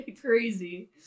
crazy